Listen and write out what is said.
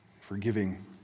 forgiving